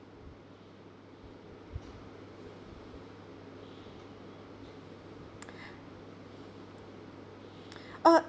uh